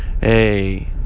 Hey